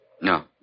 No